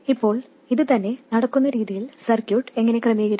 ഇപ്പോൾ ഇത് തന്നെ നടക്കുന്ന രീതിയിൽ സർക്യൂട്ട് എങ്ങനെ ക്രമീകരിക്കും